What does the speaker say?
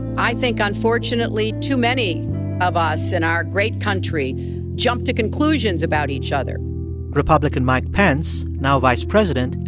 i think unfortunately too many of us in our great country jump to conclusions about each other republican mike pence, now vice president,